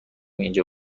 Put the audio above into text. اینجا